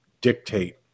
dictate